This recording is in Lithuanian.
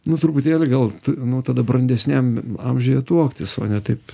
nu truputėlį gal nu tada brandesniam amžiuje tuoktis o ne taip